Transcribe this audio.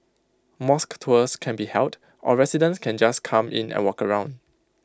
mosque tours can be held or residents can just come in and walk around